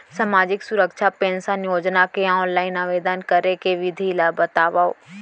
सामाजिक सुरक्षा पेंशन योजना के ऑनलाइन आवेदन करे के विधि ला बतावव